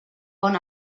bon